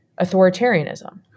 authoritarianism